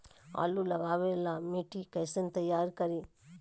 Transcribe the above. आलु लगावे ला मिट्टी कैसे तैयार करी?